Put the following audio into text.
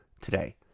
today